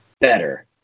better